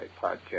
podcast